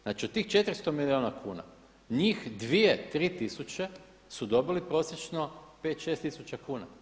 Znači od tih 400 milijuna kuna njih 2, 3 tisuće su dobili prosječno 5, 6 tisuća kuna.